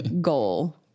goal